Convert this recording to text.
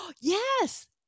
yes